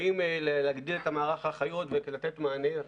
האם להגביר את מערך האחיות כדי לתת מענה,